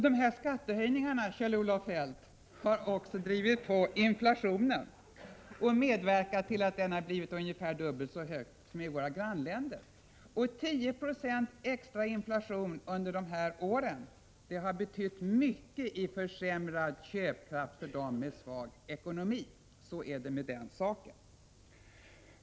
Dessa skattehöjningar, Kjell-Olof Feldt, har också drivit på inflationen och medverkat till att den blivit ungefär dubbelt så hög som i våra grannländer. Och 10 96 extra inflation under de här åren har betytt mycket i fråga om försämrad köpkraft för dem som har svag ekonomi. Så är det med den saken.